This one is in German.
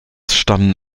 stammen